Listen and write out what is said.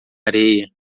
areia